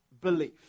belief